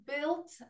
built